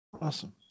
Awesome